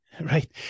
Right